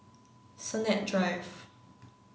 Sennett Drive